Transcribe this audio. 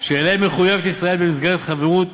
שאליהם מחויבת ישראל במסגרת החברות